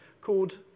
called